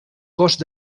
cost